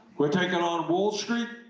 we are taking on wall street.